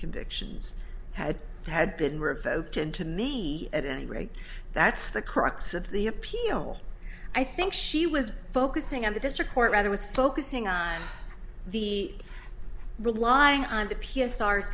convictions had had been revoked and to me at any rate that's the crux of the appeal i think she was focusing on the district court rather was focusing on the relying on the p